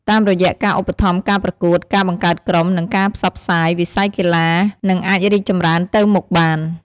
តាមរយៈការឧបត្ថម្ភការប្រកួត ការបង្កើតក្រុម និងការផ្សព្វផ្សាយ វិស័យកីឡានឹងអាចរីកចម្រើនទៅមុខបាន។